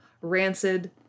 rancid